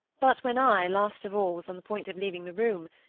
but when i, last of all, was on the point of leaving the room,